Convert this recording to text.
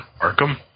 Arkham